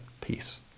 peace